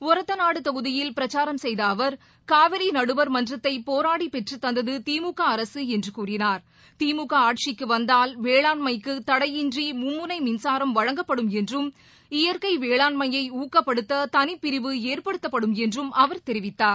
ஒரத்தநாடு தொகுதியில் பிரச்சாரம் செய்த அவர் காவிரி நடுவர் மன்றத்தை போராடி பெற்றுத் தந்தது திமுக அரசு என்று கூறினார் திமுக ஆட்சிக்கு வந்தால் வேளாண்மைக்கு தடையின்றி மும்முனை மின்சாரம் வழங்கப்படும் என்றும் இயற்கை வேளாண்மையை ஊக்கப்படுத்த தனிப்பிரிவு ஏற்படுத்தப்படும் என்றும் அவர் தெரிவித்தார்